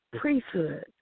priesthood